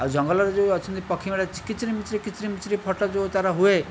ଆଉ ଜଙ୍ଗଲରେ ଯେଉଁ ଅଛନ୍ତି ପକ୍ଷୀମାନେ କିଚିରି ମିଚିରି କିଚିରି ମିଚିରି ଫଟୋ ଯେଉଁ ତା'ର ହୁଏ